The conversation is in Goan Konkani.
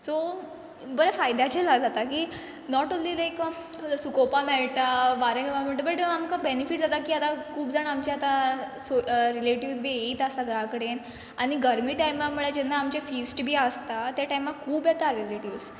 सो बरें फायद्याचें जाता की नोट ओन्ली लायक सुकोवपा मेळटा वारें मेळटा बट आमकां कितें जाता की आतां खूब जाणां आमची आतां सो रिलेटीव्ज बी येत आसता घरा कडेन आनी गरमी टायमार मुळ्यार जेन्ना आमचें फिस्ट बी आसता तें टायमार खूब येता रिलेटीवस